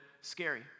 scary